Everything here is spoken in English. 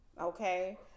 okay